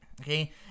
Okay